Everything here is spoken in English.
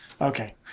Okay